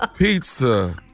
Pizza